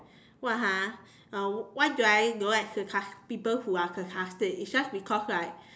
what ha uh what do I don't like sarcas~ people who are sarcastic it's just because right